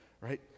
right